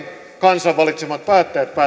kansan valitsemat päättäjät päättävät